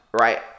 right